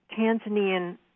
Tanzanian